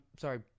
sorry